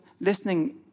listening